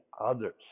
others